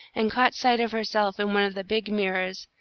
and caught sight of herself in one of the big mirrors,